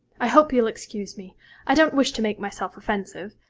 i hope you'll excuse me i don't wish to make myself offensive.